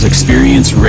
Experience